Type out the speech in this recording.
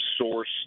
source